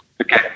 Okay